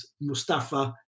Mustafa